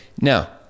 now